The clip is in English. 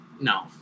No